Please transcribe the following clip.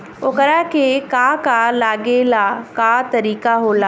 ओकरा के का का लागे ला का तरीका होला?